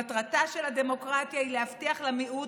מטרתה של הדמוקרטיה היא להבטיח למיעוט